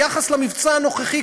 ביחס למבצע הנוכחי,